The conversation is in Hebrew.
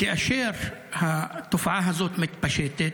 כאשר התופעה הזאת מתפשטת,